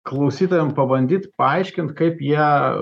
klausytojam pabandyti paaiškint kaip jie